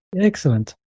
Excellent